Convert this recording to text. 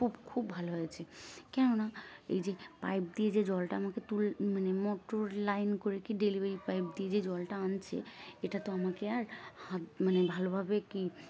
খুব খুব ভালো আছি কেননা এই যে পাইপ দিয়ে যে জলটা আমাকে তুল মানে মোটর লাইন করে কি ডেলিভারি পাইপ দিয়ে যে জলটা আনছে এটা তো আমাকে আর হাত মানে ভালোভাবে কি